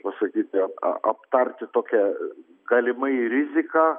pasakyti aptarti tokią galimai riziką